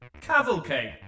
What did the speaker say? cavalcade